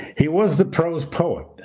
he was the prose poet,